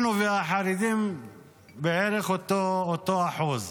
אנחנו והחרדים בערך אותו אחוז.